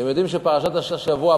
אתם יודעים שפרשת השבוע,